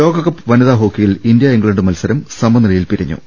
ലോകകപ്പ് വനിതാ ഹോക്കിയിൽ ഇന്ത്യ ഇംഗ്ലണ്ട് മത്സരം സമനിലയിൽ പിരിഞ്ഞു